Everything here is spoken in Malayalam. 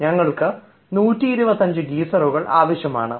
ഞങ്ങൾക്ക് 125 ഗീസറുകൾ ആവശ്യമാണ്